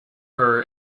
her